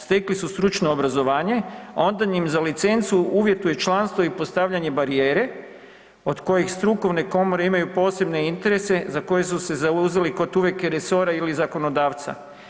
Stekli su stručno obrazovanje, a onda im za licencu uvjetuje članstvo i postavljanje barijere od kojih strukovne komore imaju posebne interese za koje su se zauzeli … resora ili zakonodavca.